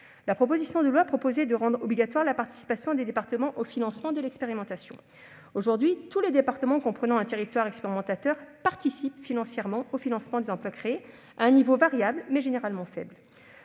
La proposition de loi prévoyait initialement de rendre obligatoire la participation des départements au financement de l'expérimentation. Aujourd'hui, tous les départements comprenant un territoire expérimentateur participent au financement des emplois créés, à un niveau variable mais généralement faible.